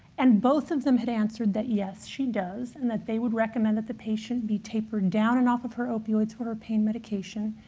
and both of them have answered that yes, she does, and that they would recommend that the patient be tapered down and off of her opioids for her pain medication,